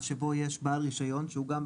בדומה לחוקים אחרים שאם יש מעשה אחד שבעקבותיו